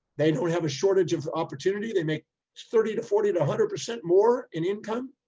they don't have a shortage of opportunity. they make thirty to forty, to a hundred percent more in income